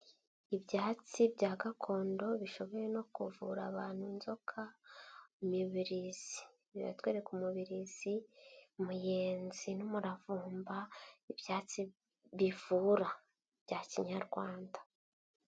Ibyatsi bya gakondo bishoboye no kuvura abantu inzoka, imibirizi. Biratwereka umubirizi, muyenzi n'umuravumba, ibyatsi bivura bya kinyarwanda.